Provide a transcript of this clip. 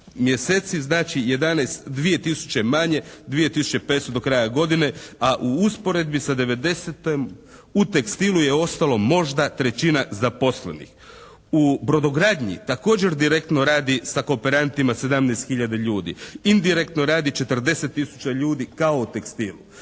mjeseci znači 11, 2000 manje, 2500 do kraja godine a u usporedbi sa 1990.-tom u tekstilu je ostalo možda trećina zaposlenih. U brodogradnji također direktno radi sa kooperantima 17 hiljada ljudi. Indirektno radi 40 tisuća ljudi kao u tekstilu.